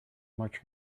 much